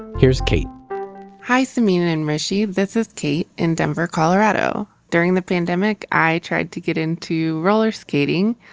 here's kait hi, samin and hrishi, this is kait in denver, colorado. during the pandemic i tried to get into roller skating,